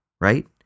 right